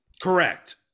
Correct